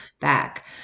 back